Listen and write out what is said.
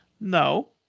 No